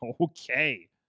okay